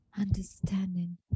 understanding